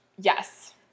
Yes